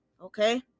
okay